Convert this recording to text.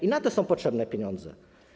I na to są potrzebne pieniądze.